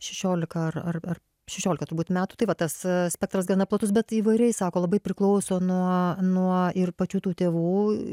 šešiolika ar ar ar šešiolika turbūt metų tai va tas spektras gana platus bet įvairiai sako labai priklauso nuo nuo ir pačių tų tėvų